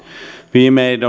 viime